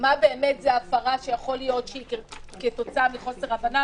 מה זאת הפרה שיכולה להיות כתוצאה מחוסר הבנה,